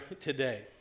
today